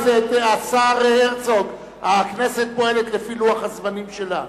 השר הרצוג, הכנסת פועלת לפי לוח הזמנים שלה.